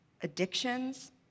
addictions